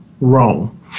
wrong